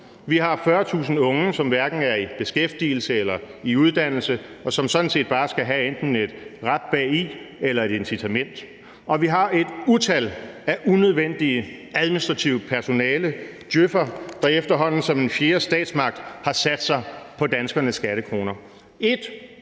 Vi har 40.000 unge, som hverken er i beskæftigelse eller i uddannelse, og som sådan set bare skal have enten et rap bagi eller et incitament. Og vi har et utal af unødvendigt administrativt personale i form af djøf'ere, der efterhånden som en fjerde statsmagt har sat sig på danskernes skattekroner.